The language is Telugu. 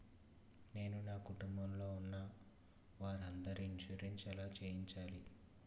నేను నా కుటుంబం లొ ఉన్న వారి అందరికి ఇన్సురెన్స్ ఎలా చేయించాలి?